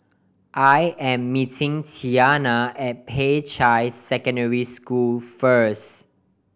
I am meeting Tiana at Peicai Secondary School first